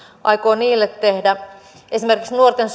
aikoo niille tehdä esimerkiksi nuorten